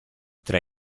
tra